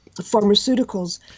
pharmaceuticals